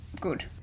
Good